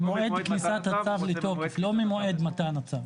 ממועד כניסת הצו לתוקף לא ממועד מתן הצו.